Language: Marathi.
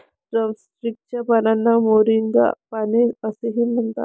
ड्रमस्टिक च्या पानांना मोरिंगा पाने असेही म्हणतात